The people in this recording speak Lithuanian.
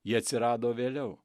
ji atsirado vėliau